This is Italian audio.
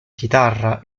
chitarra